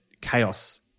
chaos